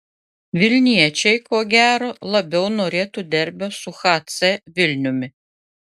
vilniečiai ko gero labiau norėtų derbio su hc vilniumi